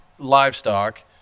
Livestock